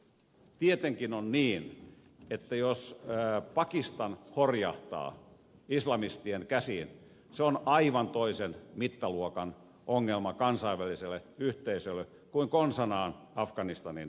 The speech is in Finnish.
tietenkin on niin että jos pakistan horjahtaa islamistien käsiin se on aivan toisen mittaluokan ongelma kansainväliselle yhteisölle kuin konsanaan afganistanin tilanne